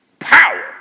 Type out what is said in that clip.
Power